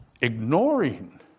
Ignoring